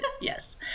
yes